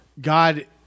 God